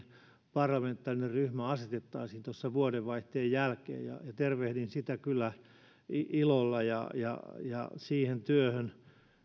parlamentaarinen ryhmä asetettaisiin vuodenvaihteen jälkeen tervehdin sitä ilolla ja ja siihen työhön